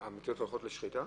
המטילות הולכות לשחיטה?